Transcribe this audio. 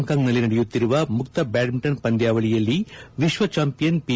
ಹಾಂಗ್ಕಾಂಗ್ನಲ್ಲಿ ನಡೆಯುತ್ತಿರುವ ಮುಕ್ತ ಬ್ಯಾಡ್ಗಿಂಟನ್ ಪಂದ್ಯಾವಳಿಯಲ್ಲಿ ವಿಶ್ವ ಚಾಂಪಿಯನ್ ಪಿ